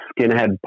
skinhead